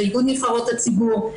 ואיגוד נבחרות הציבור.